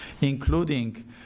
including